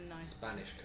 Spanish